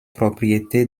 propriété